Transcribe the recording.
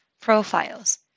profiles